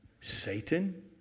Satan